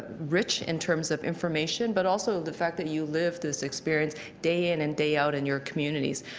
ah rich in terms of information, but also the fact that you lived this experience day in and day out in your communities.